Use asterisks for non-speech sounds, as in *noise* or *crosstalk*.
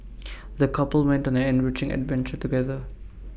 *noise* the couple went on an enriching adventure together